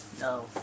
No